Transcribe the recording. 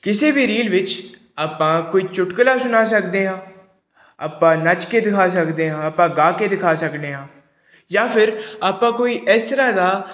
ਕਿਸੇ ਵੀ ਰੀਲ ਵਿੱਚ ਆਪਾਂ ਕੋਈ ਚੁਟਕਲਾ ਸੁਣਾ ਸਕਦੇ ਹਾਂ ਆਪਾਂ ਨੱਚ ਕੇ ਦਿਖਾ ਸਕਦੇ ਹਾਂ ਆਪਾਂ ਗਾ ਕੇ ਦਿਖਾ ਸਕਦੇ ਹਾਂ ਜਾਂ ਫਿਰ ਆਪਾਂ ਕੋਈ ਇਸ ਤਰ੍ਹਾਂ ਦਾ